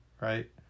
right